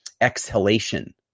exhalation